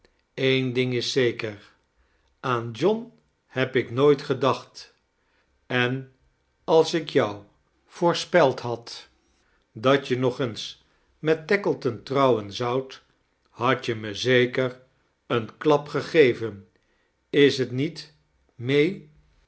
een ding is zeker aan john heb ik nooit gedaoht en als ik jou voorspeld had dat je nog eens met tackleto-n trouwen zoudt hadt je me zeker een klap gegeven is t niet may